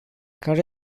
care